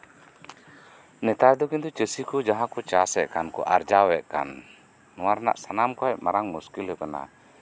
ᱱᱮᱛᱟᱨ ᱫᱚ ᱠᱤᱱᱛᱩ ᱪᱟᱹᱥᱤ ᱠᱚ ᱡᱟᱦᱟᱸ ᱠᱚ ᱪᱟᱥ ᱮᱜ ᱠᱟᱱ ᱠᱚ ᱟᱨᱡᱟᱣ ᱮᱫ ᱠᱟᱱ ᱱᱚᱣᱟ ᱠᱷᱚᱱ ᱥᱟᱱᱟᱢ ᱢᱩᱥᱠᱤᱞ ᱫᱚ ᱠᱟᱱᱟ